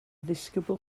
ddisgybl